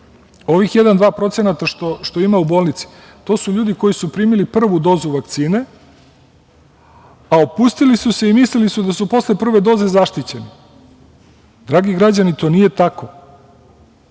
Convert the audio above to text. ovih 1,2% što ima u bolnici, to su ljudi koji su primili prvu dozu vakcine, a opustili su se i mislili su da su posle prve doze zaštićeni. Dragi građani, to nije tako. Neka